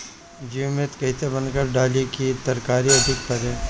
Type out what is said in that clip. जीवमृत कईसे बनाकर डाली की तरकरी अधिक फरे?